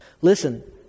Listen